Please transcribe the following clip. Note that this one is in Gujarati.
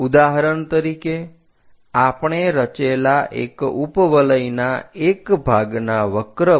ઉદાહરણ તરીકે આપણે રચેલા એક ઉપવલયના એક ભાગના વક્ર પર